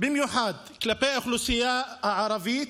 במיוחד כלפי האוכלוסייה הערבית,